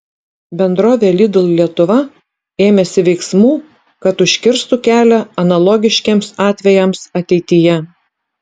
bendrovė lidl lietuva ėmėsi veiksmų kad užkirstų kelią analogiškiems atvejams ateityje